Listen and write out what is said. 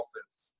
offense